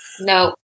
No